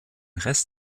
rest